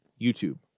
YouTube